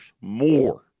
more